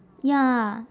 ya